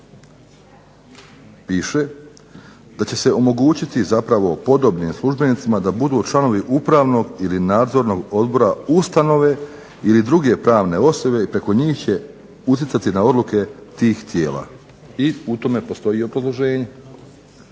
piše da će se omogućiti zapravo podobnim službenicima da budu članovi upravnog ili nadzornog odbora ustanove ili druge pravne osobe i preko njih će utjecati na odluke tih tijela i u tome postoji …/Ne